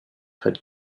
had